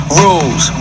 rules